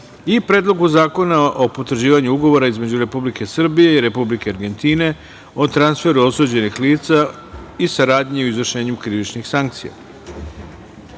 i Predlogu zakona o potvrđivanju Ugovora između Republike Srbije i Republike Argentine o transferu osuđenih lica i saradnji u izvršenju krivičnih sankcija. Pre